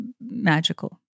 magical